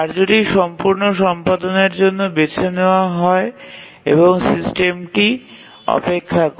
কার্যটি সম্পূর্ণ সম্পাদনের জন্য নেওয়া হয় এবং সিস্টেমটি অপেক্ষা করে